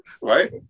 Right